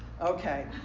Okay